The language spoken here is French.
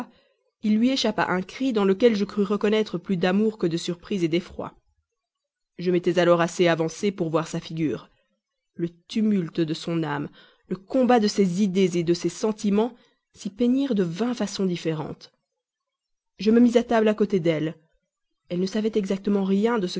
il lui échappa un cri dans lequel je crus reconnaître plus d'amour que de surprise d'effroi je m'étais alors assez avancé pour voir sa figure le tumulte de son âme le combat de ses idées de ses sentiments s'y peignirent de vingt façons différentes je me mis à table à côté d'elle elle ne savait exactement rien de